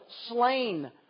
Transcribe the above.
slain